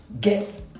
get